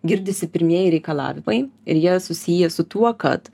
girdisi pirmieji reikalavimai ir jie susiję su tuo kad